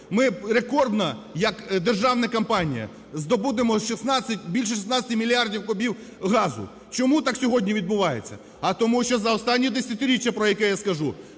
ми рекордно як державна компанія здобудемо більше 16 мільярдів кубів газу. Чому так сьогодні відбувається? А тому що за останнє десятиріччя, про яке я скажу,